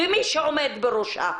ומי שעומד בראשה.